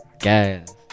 gas